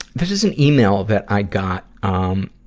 this is an email that i got, um,